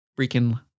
freaking